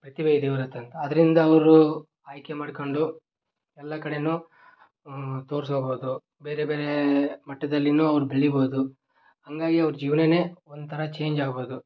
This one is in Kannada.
ಪ್ರತಿಭೆ ಇದೆ ಇವರ ಹತ್ರ ಅಂತ ಅದರಿಂದ ಅವರು ಆಯ್ಕೆ ಮಾಡ್ಕೊಂಡು ಎಲ್ಲ ಕಡೆಯೂ ತೋರ್ಸ್ಕೊಳ್ಬೋದು ಬೇರೆ ಬೇರೆ ಮಟ್ಟದಲ್ಲಿಯೂ ಅವ್ರು ಬೆಳಿಬೋದು ಹಾಗಾಗಿ ಅವ್ರ ಜೀವನನೇ ಒಂಥರ ಚೇಂಜ್ ಆಗ್ಬೋದು